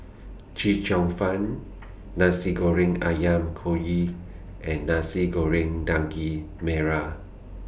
Chee Cheong Fun Nasi Goreng Ayam Kunyit and Nasi Goreng Daging Merah